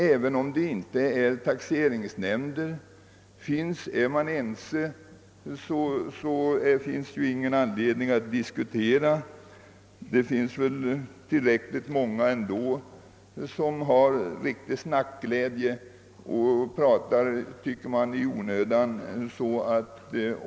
Är man ense finns det ju ingen anledning att diskutera. Tillräckligt många är ändå snacksaliga och i olika sammanhang och talar i onödan.